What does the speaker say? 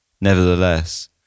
Nevertheless